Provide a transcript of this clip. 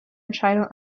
entscheidung